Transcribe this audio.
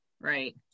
Right